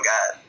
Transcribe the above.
God